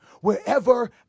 wherever